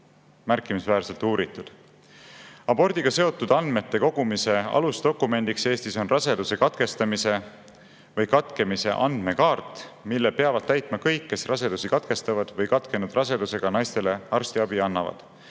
märkimisväärselt uuritud. Abordiga seotud andmete kogumise alusdokumendiks Eestis on raseduse katkestamise või katkemise andmekaart, mille peavad täitma kõik, kes rasedusi katkestavad või katkenud rasedusega naistele arstiabi annavad.